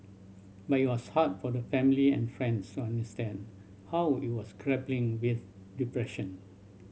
but it was hard for the family and friends to understand how it was grappling with depression